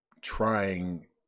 trying